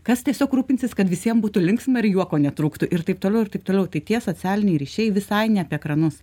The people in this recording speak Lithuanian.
kas tiesiog rūpinsis kad visiem būtų linksma ir juoko netrūktų ir taip toliau ir taip toliau tai tie socialiniai ryšiai visai ne apie ekranus